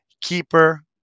Keeper